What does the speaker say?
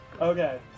Okay